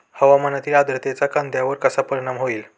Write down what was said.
हवामानातील आर्द्रतेचा कांद्यावर कसा परिणाम होईल?